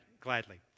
Gladly